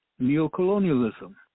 neocolonialism